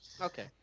Okay